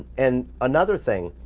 and another thing,